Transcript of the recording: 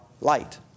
light